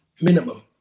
minimum